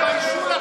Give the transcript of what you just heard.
תתביישו לכם.